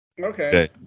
Okay